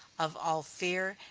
of all fear,